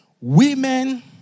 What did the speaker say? Women